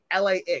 LAX